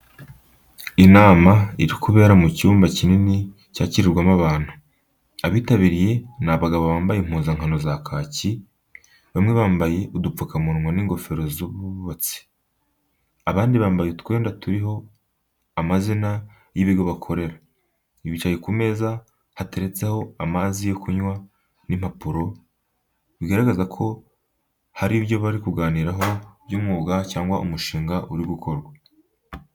Inama iri kubera mu cyumba kinini cyakirirwamo abantu. Abayitabiriye ni abagabo bambaye impuzankano z’akazi, bamwe bambaye udupfukamunwa n'ingofero z’abubatsi, abandi bambaye utwenda turiho amazina y’ibigo bakorera. Bicaye ku meza hateretseho amazi yo kunywa n’impapuro, bigaragaza ko hari ibyo bari kuganiraho by’umwuga cyangwa umushinga uri gukorwa.